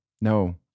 No